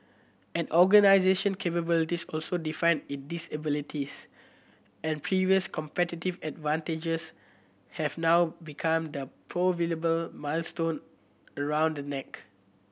an organisation capabilities also define its disabilities and previous competitive advantages have now become the proverbial millstone around the neck